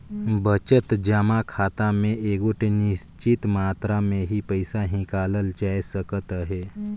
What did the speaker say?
बचत जमा खाता में एगोट निच्चित मातरा में ही पइसा हिंकालल जाए सकत अहे